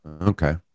okay